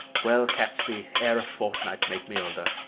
well, catesby, ere a fortnight make me older,